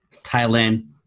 Thailand